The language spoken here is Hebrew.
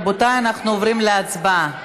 רבותיי, אנחנו עוברים להצבעה,